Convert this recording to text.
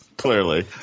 Clearly